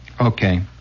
Okay